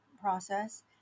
process